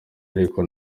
ariko